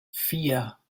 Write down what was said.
vier